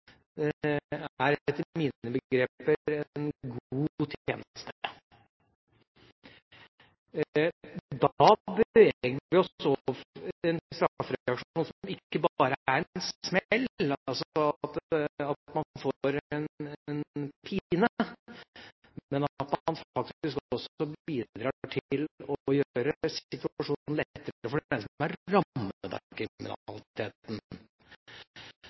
er det, etter mine begreper, en god tjeneste. Da beveger vi oss over til en straffereaksjon som ikke bare er en smell – at man får en pine – men at man faktisk også bidrar til å gjøre situasjonen lettere for dem som er rammet av kriminaliteten. Så jeg mener at det